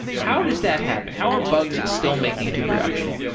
how does that happen? how are bugs still making it to production?